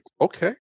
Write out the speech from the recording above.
okay